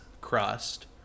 crust